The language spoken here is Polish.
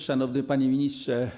Szanowny Panie Ministrze!